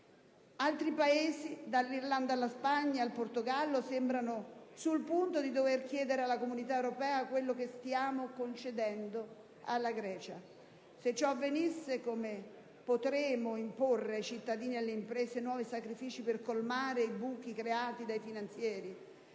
Altri Paesi, dall'Irlanda alla Spagna e al Portogallo, sembrano sul punto di dover chiedere alla Comunità europea quello che stiamo concedendo alla Grecia. Se ciò avvenisse, come potremo imporre ai cittadini e alle imprese nuovi sacrifici per colmare i buchi creati dai finanzieri